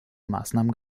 maßnahmen